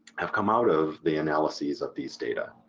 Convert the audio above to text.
have come out of the analyses of these data.